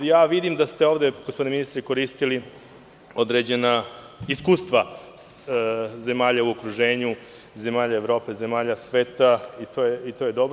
Vidim da ste ovde, gospodine ministre, koristili određena iskustva zemalja u okruženju, zemalja Evrope, zemalja sveta i to je dobro.